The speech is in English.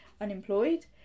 unemployed